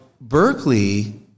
Berkeley